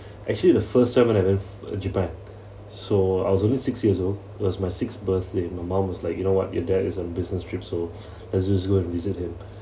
actually the first time when I went japan so I was only six years old it was my sixth birthday my mom was like you know what your dad is on a business trip so let's just go and visit him